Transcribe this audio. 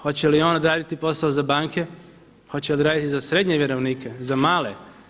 Hoće li on odraditi posao za banke, hoće li odraditi za srednje vjerovnike, za male?